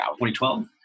2012